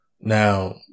Now